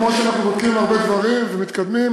שכן אנחנו בודקים הרבה דברים ומתקדמים.